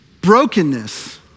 brokenness